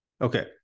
Okay